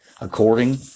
according